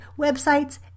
websites